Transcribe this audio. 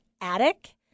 attic